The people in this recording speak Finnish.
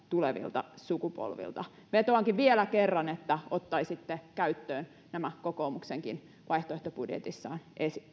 tulevilta sukupolvilta vetoankin vielä kerran että ottaisitte käyttöön nämä kokoomuksenkin vaihtoehtobudjetissaan